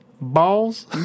balls